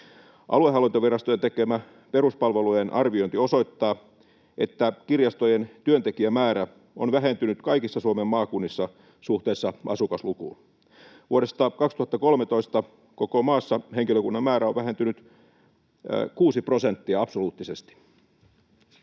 Aluehallintovirastojen tekemä peruspalvelujen arviointi osoittaa, että kirjastojen työntekijämäärä on vähentynyt kaikissa Suomen maakunnissa suhteessa asukaslukuun. Vuodesta 2013 koko maassa henkilökunnan määrä on vähentynyt kuusi prosenttia absoluuttisesti.